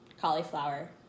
cauliflower